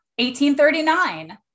1839